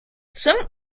some